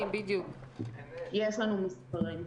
יש לנו מספרים.